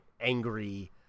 angry